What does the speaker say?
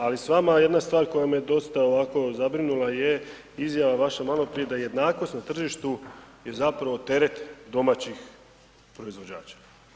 Ali s vama jedna stvar koja me dosta ovako zabrinula je izjava vaša maloprije da jednakost na tržištu je zapravo teret domaćih proizvođača.